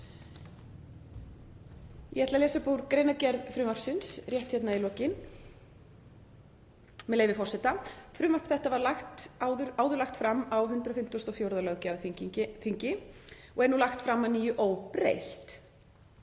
Ég ætla að lesa upp úr greinargerð frumvarpsins hér í lokin, með leyfi forseta: „Frumvarp þetta var áður lagt fram á 154. löggjafarþingi og er nú lagt fram að nýju óbreytt.